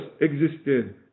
existed